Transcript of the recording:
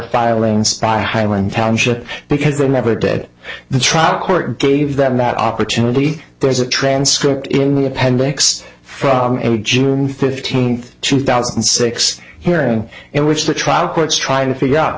filings by highway township because they never did the truck work gave them that opportunity there's a transcript in the appendix from any june fifteenth two thousand and six hearing in which the trial courts try to figure out